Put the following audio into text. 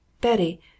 Betty